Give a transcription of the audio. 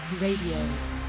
Radio